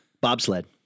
Bobsled